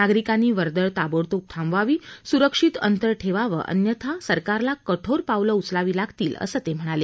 नागरिकांनी वर्दळ ताबडतोब थांबवावी सुरक्षित अंतर ठेवावं अन्यथा सरकारला कठोर पावलं उचलावी लागतील असं ते म्हणाले